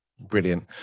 Brilliant